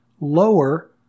lower